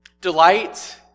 Delight